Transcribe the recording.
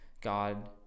God